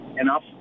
enough